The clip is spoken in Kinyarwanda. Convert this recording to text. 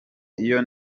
iyo